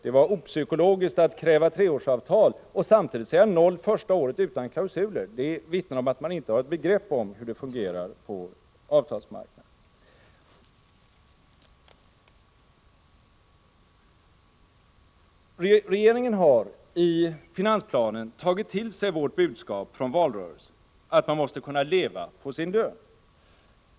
Det var också opsykologiskt att kräva treårsavtal och samtidigt säga att det för det första året måste bli nollavtal utan klausuler. Det vittnar om att man inte har begrepp om hur det fungerar på avtalsmarknaden. Regeringen har i finansplanen tagit till sig vårt i valrörelsen framförda budskap att man måste kunna leva på sin lön.